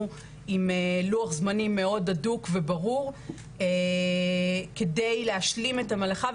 עם לוח זמנים מאוד הדוק וברור כדי להשלים את המלאכה.